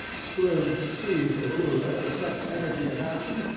scrooge seized the ruler with such energy of action,